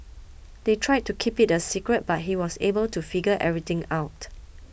they tried to keep it a secret but he was able to figure everything out